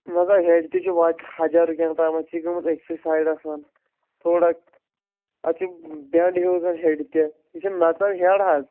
نسا ہیرِ تہِ چھُ وۄنۍ حَجر کمہِ تامتھ یہِ چھِ گٔمٕژ أکسٕے سایڈس تھوڑا اتھ چھُ بینڈ ہیو زن ہیرِ تہِ یہِ چھِ نژان ہیرِ حظ